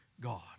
God